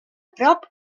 prop